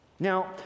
Now